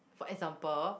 for example